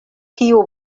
kiu